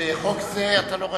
בחוק זה אתה לא רשום,